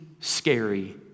scary